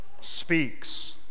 Speaks